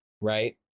right